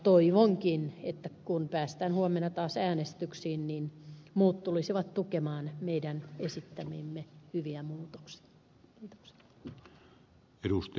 toivonkin että kun päästään huomenna taas äänestyksiin muut tulisivat tukemaan meidän esittämiämme hyviä muutoksia